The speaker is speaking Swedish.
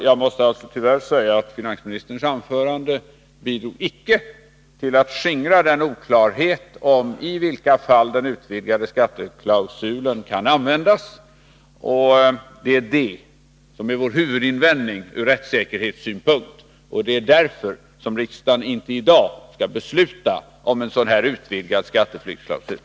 Jag måste tyvärr säga att finansministerns anförande inte bidrog till att skingra oklarheten om i vilka fall den utvidgade skatteflyktsklausulen kan användas. Det är det som är vår huvudinvändning från rättssäkerhetssynpunkt. Det är därför som riksdagen i dag inte bör besluta om en sådan utvidgad skatteflyktsklausul.